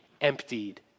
emptied